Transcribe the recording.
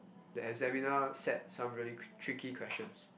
the examiner set some really t~ tricky questions